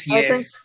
Yes